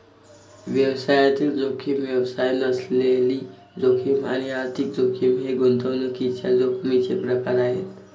व्यवसायातील जोखीम, व्यवसाय नसलेली जोखीम आणि आर्थिक जोखीम हे गुंतवणुकीच्या जोखमीचे प्रकार आहेत